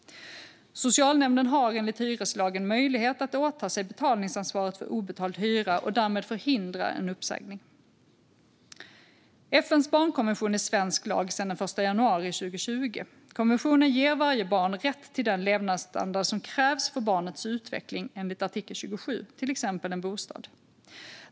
Socialnämnden har enligt hyreslagen möjlighet att åta sig betalningsansvaret för obetald hyra och därmed förhindra en uppsägning. FN:s barnkonvention är svensk lag sedan den 1 januari 2020. Konventionen ger enligt artikel 27 varje barn rätt till den levnadsstandard som krävs för barnets utveckling, till exempel en bostad.